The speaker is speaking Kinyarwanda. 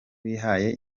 bihaye